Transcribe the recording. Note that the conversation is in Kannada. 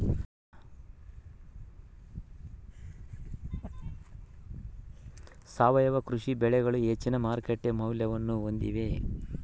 ಸಾವಯವ ಕೃಷಿ ಬೆಳೆಗಳು ಹೆಚ್ಚಿನ ಮಾರುಕಟ್ಟೆ ಮೌಲ್ಯವನ್ನ ಹೊಂದಿವೆ